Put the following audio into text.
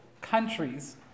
countries